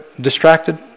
distracted